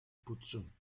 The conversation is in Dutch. poetsen